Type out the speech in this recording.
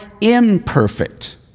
imperfect